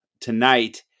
tonight